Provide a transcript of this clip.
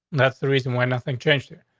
that's the reason why nothing changed there.